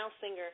singer